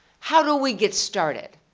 how do we get started?